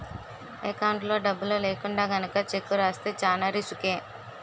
ఎకౌంట్లో డబ్బులు లేకుండా గనక చెక్కు రాస్తే చానా రిసుకే